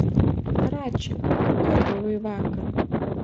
rači kur buvai vakar